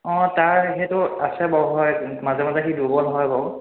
অঁ তাৰ সেইটো আছে বাৰু হয় মাজে মাজে সি দুৰ্বল হয় বাৰু